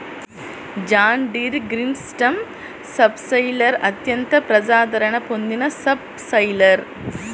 John Deere green system subsoiler అత్యంత ప్రజాదరణ పొందిన సబ్ సాయిలర్